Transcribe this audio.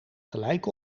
gelijk